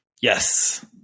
Yes